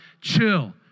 chill